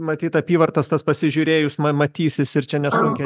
matyt apyvartas tas pasižiūrėjus ma matysis ir čia nesunkiai